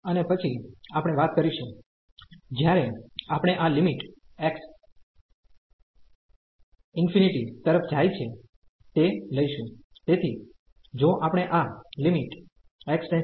અને પછી આપણે વાત કરીશું જ્યારે આપણે આ લિમિટ x ઇન્ફિનિટી તરફ જાય છે તે લઈશું